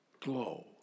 glow